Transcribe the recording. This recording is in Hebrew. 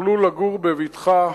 יוכלו לגור בבטחה,